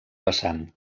vessant